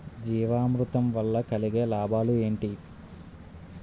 జీవామృతం వల్ల కలిగే లాభాలు ఏంటి?